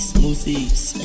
Smoothies